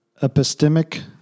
epistemic